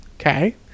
Okay